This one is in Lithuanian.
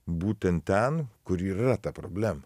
būtent ten kur yra ta problema